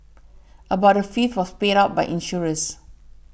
about a fifth was paid out by insurers